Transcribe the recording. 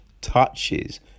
touches